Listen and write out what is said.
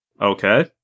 okay